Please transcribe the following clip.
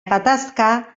gatazka